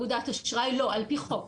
מאגודת אשראי לא, על פי חוק.